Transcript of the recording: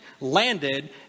landed